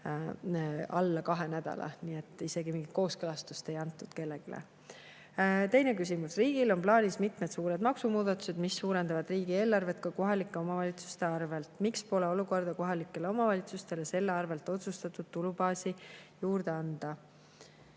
alla kahe nädala. Isegi mingit kooskõlastus[aega] ei antud kellelegi. Teine küsimus: "Riigil on plaanis mitmed suured maksumuudatused, mis suurendavad riigieelarvet ka kohalike omavalitsuste arvelt. Miks pole omakorda kohalikele omavalitsus[t]ele selle arvelt otsustatud tulubaasi juurde anda?"